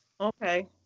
Okay